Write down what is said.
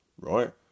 Right